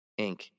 Inc